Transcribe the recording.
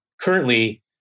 currently